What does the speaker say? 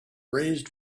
raised